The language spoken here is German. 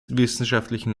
wissenschaftlichen